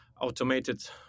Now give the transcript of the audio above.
automated